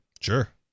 Sure